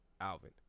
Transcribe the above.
Alvin